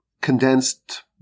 condensed